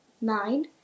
nine